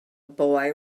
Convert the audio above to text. boy